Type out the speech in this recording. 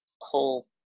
whole